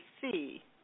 see